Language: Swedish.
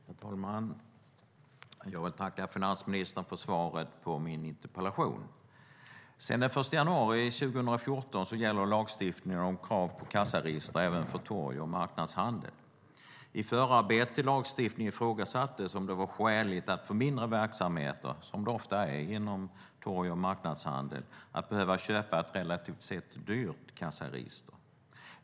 Herr talman! Jag vill tacka finansministern för svaret på min interpellation. Sedan den 1 januari 2014 gäller lagstiftningen om krav på kassaregister även torg och marknadshandel. I förarbetet till lagstiftningen ifrågasattes om det var skäligt att för mindre verksamheter, som torg och marknadshandel ofta är, behöva köpa ett relativt sett dyrt kassaregister.